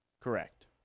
Correct